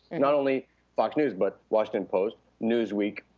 not only fox news but washington post, newsweek,